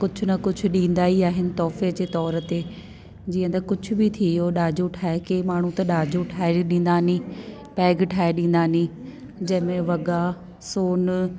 कुझु न कुझु ॾींदा ई आहिनि तोहफ़े जे तौर ते जीअं त कुझु बि थियो ॾाजो ठाहे की माण्हू त ॾाजो ठाहे ॾींदा नी बैग ठाहे ॾींदा नी जंहिंमें वॻा सोन